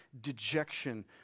dejection